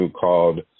called